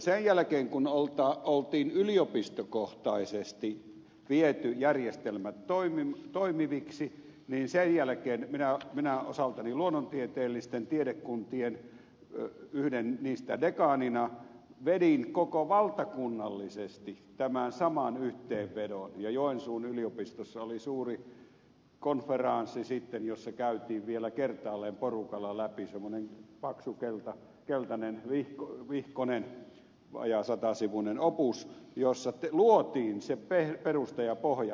sen jälkeen kun oli yliopistokohtaisesti viety järjestelmät toimiviksi minä osaltani luonnontieteellisten tiedekuntien yhden niistä dekaanina vedin koko valtakunnallisesti tämän saman yhteenvedon ja joensuun yliopistossa oli suuri konferaansi sitten jossa käytiin vielä kertaalleen porukalla läpi semmoinen paksu keltainen vihkonen vajaa satasivuinen opus jossa luotiin se perusta ja pohja